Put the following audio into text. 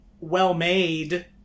well-made